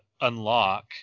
unlock